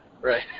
Right